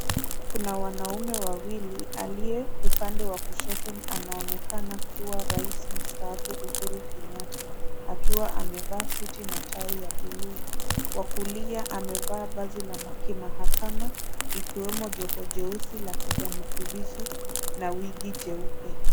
Kuna wanaume wawili, aliye upande wa kushoto anaonekana kuwa raisi mstaafu Uhuru Kenyatta akiwa amevaa suti na tai ya buluu. Wa kulia amevaa vazi la ma kimahakama ikiwemo joho jeusi la kijani kibichi na wigi jeupe.